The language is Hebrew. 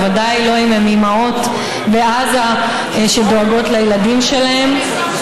ובוודאי לא אם הן אימהות בעזה שדואגות לילדים שלהן.